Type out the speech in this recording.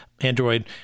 Android